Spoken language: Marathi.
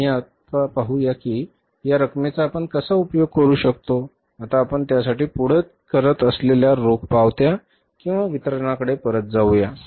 तर आम्ही पाहूया की या रकमेचा आपण कसा उपयोग करू शकतो आता आपण त्यासाठी पुढे करत असलेल्या रोख पावत्या वितरणाकडे परत जाऊया